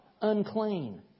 unclean